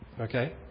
Okay